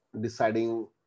deciding